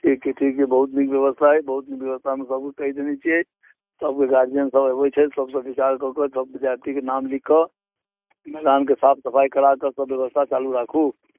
ठीक छै ठीक बहुत नीक व्यवस्था अइ बहुत नीक व्यवस्था हम सबके कहि देने छियै सबके गार्जियन सब अबैत छथि सबसँ विचार कऽ कऽ सब विद्यार्थीके नाम लिख कऽ मैदानके साफ सफाइ करा कऽ सब व्यवस्था चालू राखू